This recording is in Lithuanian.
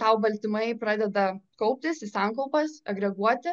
tau baltymai pradeda kauptis į sankaupas agreguoti